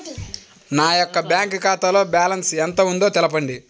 నా యొక్క బ్యాంక్ ఖాతాలో బ్యాలెన్స్ ఎంత ఉందో తెలపండి?